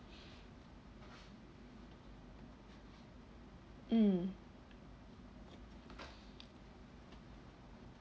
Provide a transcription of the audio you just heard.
mm